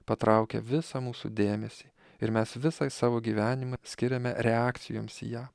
patraukia visą mūsų dėmes ir mes visą savo gyvenimą skiriame reakcijoms į ją